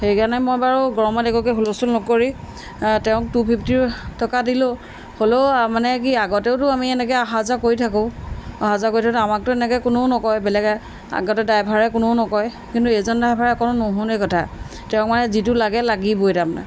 সেইকাৰণে মই বাৰু গৰমত একোকে হুলস্থুল নকৰি তেওঁক টু ফিফটি টকা দিলোঁ হ'লেও মানে কি আগতেওতো আমি এনেকৈ অহা যোৱা কৰি থাকোঁ অহা যোৱা কৰি থাকোঁতে আমাকতো এনেকৈ কোনো নকয় বেলেগে আগতে ড্ৰাইভাৰে কোনো নকয় কিন্তু এজন ড্ৰাইভাৰে একো নুশুনেই কথা তেওঁক মানে যিটো লাগে লাগিবই তাৰমানে